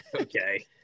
okay